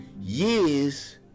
years